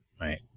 right